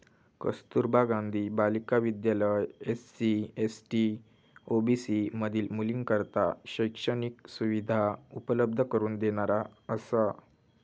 कस्तुरबा गांधी बालिका विद्यालय SC, ST, OBC मधील मुलींकरता शैक्षणिक सुविधा उपलब्ध करून देणारा असा